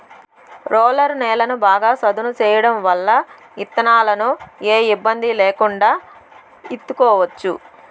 roller నేలను బాగా సదును చేయడం వల్ల ఇత్తనాలను ఏ ఇబ్బంది లేకుండా ఇత్తుకోవచ్చు